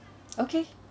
okay